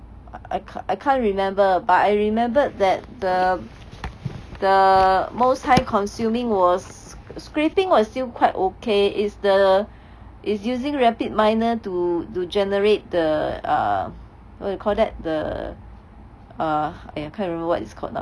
I I can't I can't remember but I remembered that the the most time consuming was scrapping was still quite okay it's the it's using RapidMiner to to generate the err what you call that the uh !aiya! can't remember what it's called now